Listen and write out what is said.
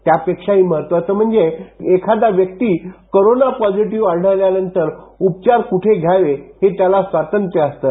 त्यापेक्षाही महत्वाचं म्हणजे एखादा व्यक्ती कोरोना पॉझिटिव्ह आढळल्यानंतर उपचार कुठे घ्यावे हे त्याला स्वातंत्र्य असतं